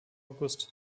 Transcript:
august